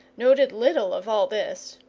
noted little of all this.